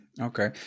okay